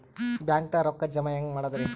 ಬ್ಯಾಂಕ್ದಾಗ ರೊಕ್ಕ ಜಮ ಹೆಂಗ್ ಮಾಡದ್ರಿ?